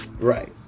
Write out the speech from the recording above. right